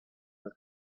his